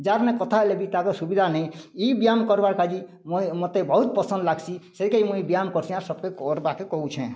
ଯାହାର୍ନେ କଥାହେଲେ ବି ତା'କେ ସୁବିଧା ନାଇ ଇ ବ୍ୟାୟାମ୍ କର୍ବାର୍ କା'ଯେ ମତେ ବହୁତ୍ ପସନ୍ଦ୍ ଲାଗ୍ସି ସେଥିର୍ଲାଗି ମୁଇଁ ବ୍ୟାୟାମ୍ କର୍ସିଁ ଆଉ ସବ୍କେ କର୍ବାର୍କେ କହୁଛେଁ